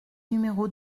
numéro